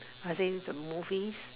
are they the movies